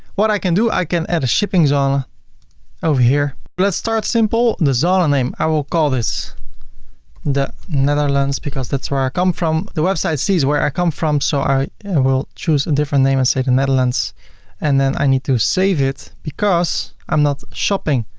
what i can do? i can add a shipping zone over here. let's start simple. and the zone name, i will call this the netherlands, because that's where i come from. the website sees where i come from, so i will choose a and different name and say the netherlands and then i need to save it because i'm not shopping.